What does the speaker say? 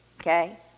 okay